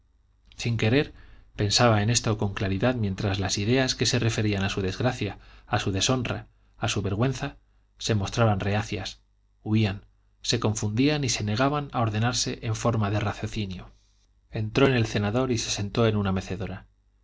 sin querer pensaba en esto con claridad mientras las ideas que se referían a su desgracia a su deshonra a su vergüenza se mostraban reacias huían se confundían y se negaban a ordenarse en forma de raciocinio entró en el cenador y se sentó en una mecedora